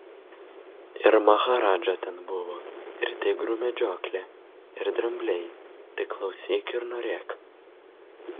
ir maharadža ten buvo ir tigrų medžioklė ir drambliai tik klausyk ir norėk